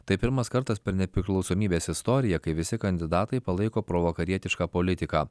tai pirmas kartas per nepriklausomybės istoriją kai visi kandidatai palaiko provakarietišką politiką